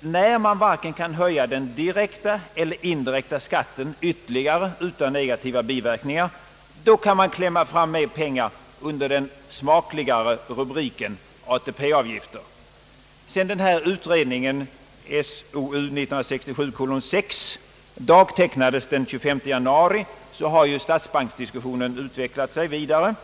när man inte kan höja vare sig den direkta eller den indirekta skatten ytterligare utan negativa biverkningar, då kan man klämma fram mer pengar under den smakligare rubriken ATP-avgifter. Sedan ifrågavarande utredning, SOU 1967:6, dagtecknades den 25 januari, har ju statsbanksdiskussionen utvecklat sig vidare.